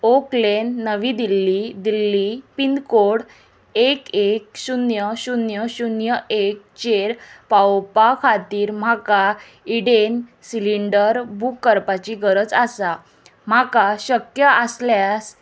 okay lane Navi Delhi Delhi pincode एक शुन्य शुन्य शुन्य एक चेर पावोवपा खातीर म्हाका इडेन सिलींडर बूक करपाची गरज आसा म्हाका शक्य आसल्यास